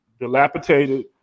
dilapidated